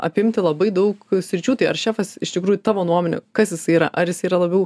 apimti labai daug sričių tai ar šefas iš tikrųjų tavo nuomone kas jisai yra ar jisai yra labiau